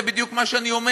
זה בדיוק מה שאני אומר.